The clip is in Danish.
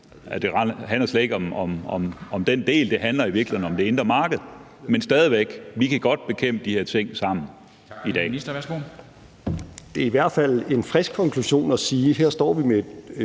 handler jo slet ikke om den del – det handler i virkeligheden om det indre marked. Men vi kan stadig væk godt bekæmpe de her ting sammen i dag.